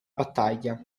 battaglia